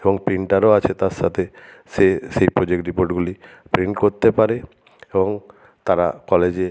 এবং প্রিন্টারও আছে তার সাথে সে সেই প্রজেক্ট রিপোর্টগুলি প্রিন্ট করতে পারে এবং তারা কলেজে